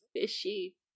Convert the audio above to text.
fishy